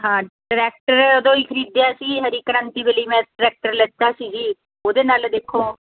ਹਾਂ ਟਰੈਕਟਰ ਉਦੋਂ ਹੀ ਖਰੀਦਿਆ ਸੀ ਹਰੀ ਕ੍ਰਾਂਤੀ ਵੇਲੇ ਹੀ ਮੈਂ ਟਰੈਕਟਰ ਲਿਤਾ ਸੀ ਜੀ ਉਹਦੇ ਨਾਲ ਦੇਖੋ